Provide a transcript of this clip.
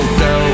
go